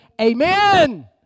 amen